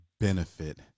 benefit